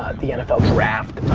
the nfl draft,